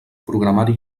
programari